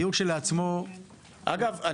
גיור כשלעצמו --- אגב,